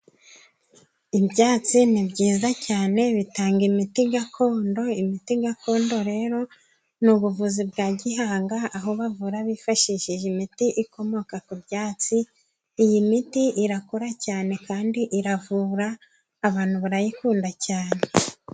Ibyatsi ni byiza cyane bitanga imiti gakondo. Imiti gakondo rero ni ubuvuzi bwa gihanga, aho bavura bifashishije imiti ikomoka ku byatsi. Iyi miti irakora cyane kandi iravura abantu barayikunda cyane.